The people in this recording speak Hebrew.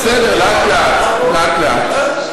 זה בסדר, לאט-לאט, לאט-לאט.